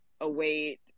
await